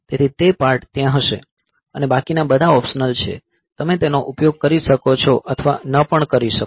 તેથી તે પાર્ટ ત્યાં હશે અને બાકી બધા ઓપ્શનલ છે તમે તેનો ઉપયોગ કરી શકો છો અથવા ન પણ કરી શકો